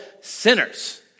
sinners